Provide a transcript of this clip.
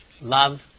love